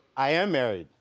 i am married,